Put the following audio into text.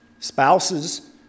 Spouses